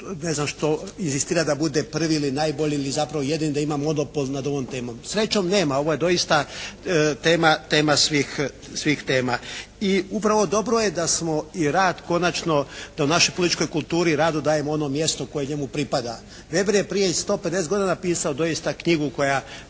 ne znam što inzistira da bude prvi ili najbolji ili zapravo jedini, da ima monopol nad ovom temom. Srećom nema. Ovo je doista tema svih tema. I upravo dobro je da smo i rad konačno, da u našoj političkoj kulturi radu dajemo ono mjesto koje njemu pripada. Weber je prije 150 godina napisao doista knjigu koja